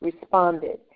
Responded